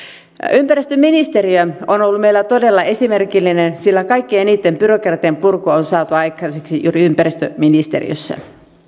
ympäristöministeriö on ollut meillä todella esimerkillinen sillä kaikkein eniten byrokratian purkua on saatu aikaiseksi juuri ympäristöministeriössä